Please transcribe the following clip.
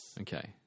Okay